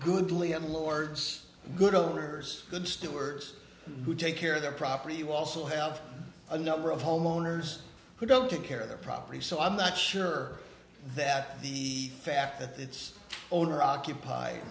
goodly at lord's good of good stewards who take care of their property you also have a number of homeowners who don't take care of their property so i'm not sure that the fact that it's owner occupied